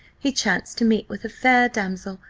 he chanced to meet with a fair damsel,